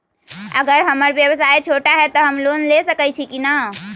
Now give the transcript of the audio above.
अगर हमर व्यवसाय छोटा है त हम लोन ले सकईछी की न?